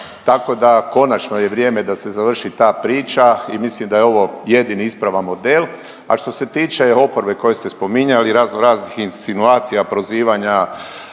tako da konačno je vrijeme da se završi ta priča i mislim da je ovo jedini ispravan model. A što se tiče oporbe koju ste spominjali, razno raznih insinuacija, prozivanja,